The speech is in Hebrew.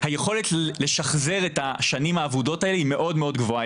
היכולת לשחזר את השנים האבודות האלה היא מאוד מאוד גבוהה.